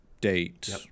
date